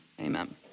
Amen